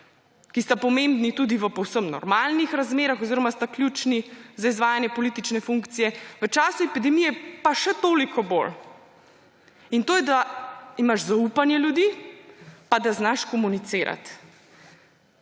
ki sta pomembni tudi v povsem normalnih razmerah oziroma sta ključni za izvajanje politične funkcije, v času epidemije pa še toliko bolj; in to je, da imaš zaupanje ljudi, pa da znaš komunicirati.